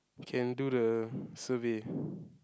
you can do the survey